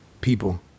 People